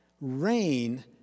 rain